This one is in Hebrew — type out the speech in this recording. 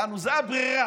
יענו, זו הברירה,